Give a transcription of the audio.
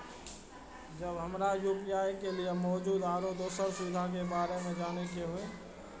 जब हमरा यू.पी.आई के लिये मौजूद आरो दोसर सुविधा के बारे में जाने के होय?